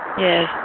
Yes